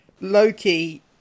Loki